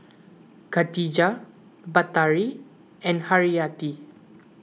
Katijah Batari and Haryati